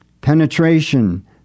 Penetration